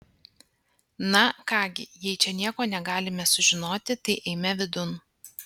na ką gi jei čia nieko negalime sužinoti tai eime vidun